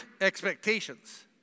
expectations